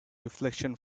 reflection